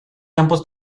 campos